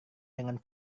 dengan